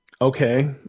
okay